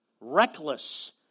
reckless